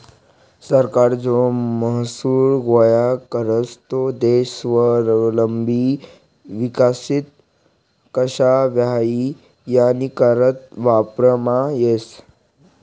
सरकार जो महसूल गोया करस तो देश स्वावलंबी विकसित कशा व्हई यानीकरता वापरमा येस